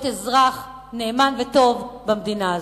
להיות אזרח נאמן וטוב במדינה הזאת.